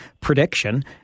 prediction